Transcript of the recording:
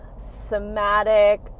somatic